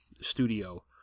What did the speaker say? studio